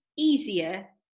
Easier